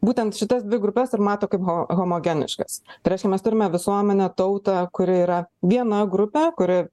būtent šitas dvi grupes ir mato kaip ho homogeniškas tai reiškia mes turime visuomenę tautą kuri yra viena grupė kuri